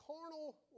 carnal